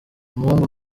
umuhungu